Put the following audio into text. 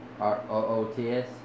R-O-O-T-S